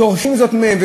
דורשים זאת מהם,